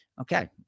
Okay